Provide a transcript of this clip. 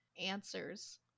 answers